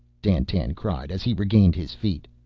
dandtan cried, as he regained his feet.